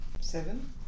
Seven